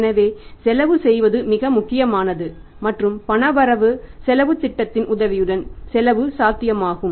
எனவே செலவு செய்வது மிக முக்கியமானது மற்றும் பண வரவு செலவுத் திட்டத்தின் உதவியுடன் செலவு சாத்தியமாகும்